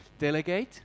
Delegate